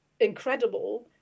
incredible